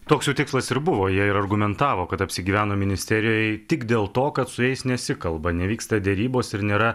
toks jų tikslas ir buvo jie ir argumentavo kad apsigyveno ministerijoj tik dėl to kad su jais nesikalba nevyksta derybos ir nėra